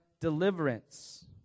deliverance